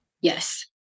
Yes